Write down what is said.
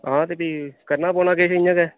हां ते भी करना पौना किश इ'यां गै